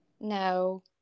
No